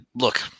look